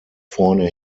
vorne